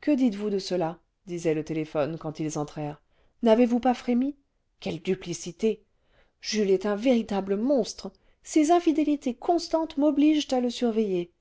que dites-vous de cela disait le téléphone quand ils entrèrent uavez vous pas frémi quelle duplicité jules est un véritable monstre ses infidélités constantes m'obligent aie surveiller